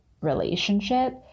relationship